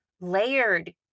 layered